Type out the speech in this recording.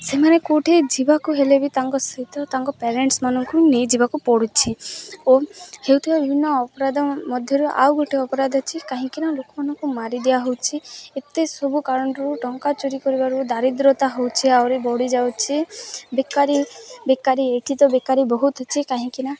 ସେମାନେ କେଉଁଠି ଯିବାକୁ ହେଲେ ବି ତାଙ୍କ ସହିତ ତାଙ୍କ ପ୍ୟାରେଣ୍ଟସ୍ମାନଙ୍କୁ ନେଇଯିବାକୁ ପଡ଼ୁଛି ଓ ହେଉଥିବା ବିଭିନ୍ନ ଅପରାଧ ମଧ୍ୟରୁ ଆଉ ଗୋଟେ ଅପରାଧ ଅଛି କାହିଁକିନା ଲୋକମାନଙ୍କୁ ମାରିଦିଆ ହେଉଛି ଏତେ ସବୁ କାରଣରୁ ଟଙ୍କା ଚୋରି କରିବାରୁ ଦାରିଦ୍ରତା ହେଉଛି ଆହୁରି ବଢ଼ିଯାଉଛି ବେକାରୀ ବେକାରୀ ଏଠି ତ ବେକାରୀ ବହୁତ ଅଛି କାହିଁକିନା